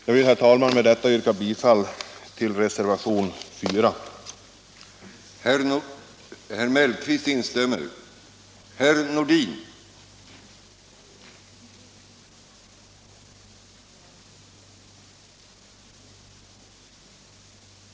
Jag vill, herr talman, med det anförda yrka bifall till reservationen 4.